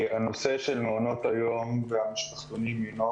הנושא של מעונות היום והמשפחתונים אינם